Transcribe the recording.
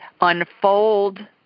unfold